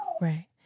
Right